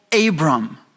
Abram